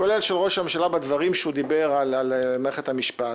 כולל של ראש הממשלה בדברים שהוא דיבר על מערכת המשפט,